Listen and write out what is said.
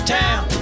town